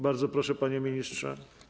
Bardzo proszę, panie ministrze.